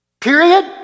period